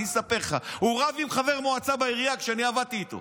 אני אספר לך: הוא רב עם חבר מועצה בעירייה כשאני עבדתי איתו.